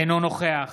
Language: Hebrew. אינו נוכח